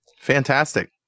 Fantastic